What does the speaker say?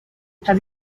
have